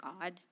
God